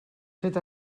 fet